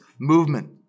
movement